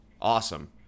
Awesome